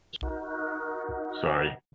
sorry